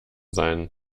sein